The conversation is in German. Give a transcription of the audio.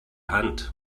hand